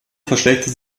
verschlechtert